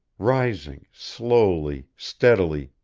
rising, slowly, steadily,